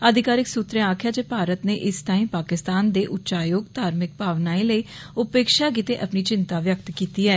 आधिकारिक सूत्रें आक्खेआ जे भारत ने इस तांई पाकिस्तान दे उच्चाआयोग धार्मिक भावनाए लेई उपेक्षा गित्ते अपनी चिंता व्यक्त कीती ऐ